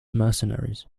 mercenaries